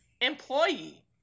employee